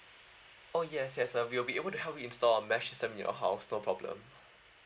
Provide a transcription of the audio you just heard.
oh yes yes uh we'll be able to help you install a mesh system in your house no problem